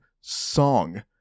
song